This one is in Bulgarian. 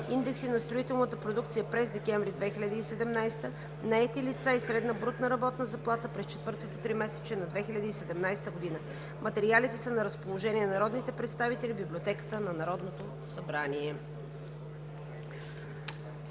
индекси на строителната продукция през декември 2017 г.; наети лица и средна брутна работна заплата през четвъртото тримесечие на 2017 г. Материалите са на разположение на народните представители в Библиотеката на Народното събрание.